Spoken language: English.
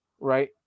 right